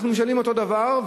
אנחנו משלמים אותו הדבר,